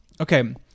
okay